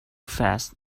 fast